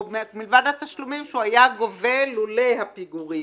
או מלבד התשלומים שהוא היה גובה לולא הפיגורים,